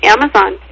Amazon